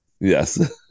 Yes